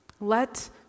Let